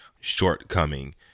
shortcoming